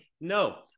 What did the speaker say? No